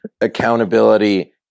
accountability